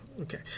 Okay